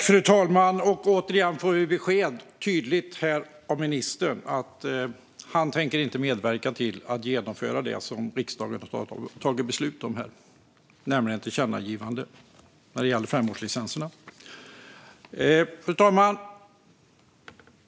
Fru talman! Återigen får vi ett tydligt besked av ministern att han inte tänker medverka till att genomföra det riksdagen har tagit beslut om med tillkännagivandet om femårslicenserna. Fru talman!